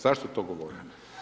Zašto to govorim?